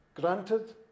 granted